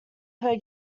per